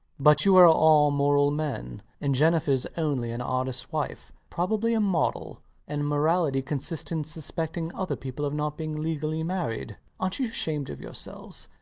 but you are all moral men and jennifer is only an artist's wife probably a model and morality consists in suspecting other people of not being legally married. arnt you ashamed of yourselves?